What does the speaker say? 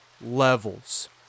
levels